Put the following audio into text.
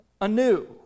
anew